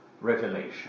Revelation